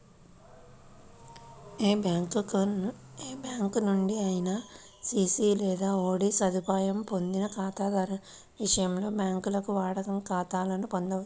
ఏ bank నుండి అయినా CC లేదా ఓడి సదుపాయం పొందని ఖాతాదారుల విషయంలో, బ్యాంకులు వాడుక ఖాతాలను పొందొచ్చు